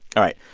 all right,